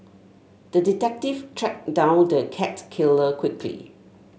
the detective tracked down the cat killer quickly